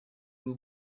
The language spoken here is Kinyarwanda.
rwo